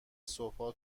صبحها